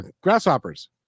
grasshoppers